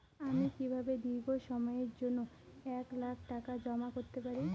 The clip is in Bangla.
আমি কিভাবে দীর্ঘ সময়ের জন্য এক লাখ টাকা জমা করতে পারি?